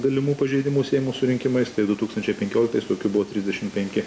galimų pažeidimų siejamų su rinkimais tai du tūkstančiai penkioliktais tokių buvo trisdešimt penki